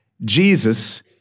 Jesus